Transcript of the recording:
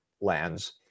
lands